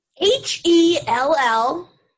H-E-L-L